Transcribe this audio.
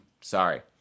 sorry